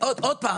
עוד פעם,